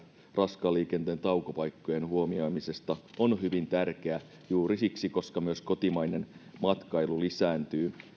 raskaan liikenteen taukopaikkojen huomioimisesta on hyvin tärkeä juuri siksi että myös kotimainen matkailu lisääntyy